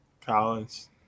Collins